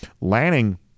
lanning